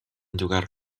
llogar